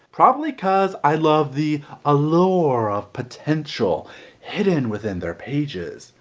probably cause i love the allure of potential hidden within their pages.